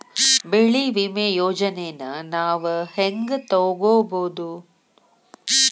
ಬೆಳಿ ವಿಮೆ ಯೋಜನೆನ ನಾವ್ ಹೆಂಗ್ ತೊಗೊಬೋದ್?